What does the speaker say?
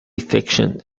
fiction